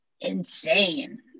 insane